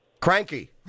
Cranky